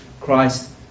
Christ